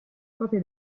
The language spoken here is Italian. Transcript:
copia